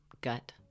gut